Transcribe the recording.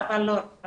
אבל לא רק,